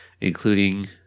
including